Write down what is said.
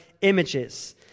images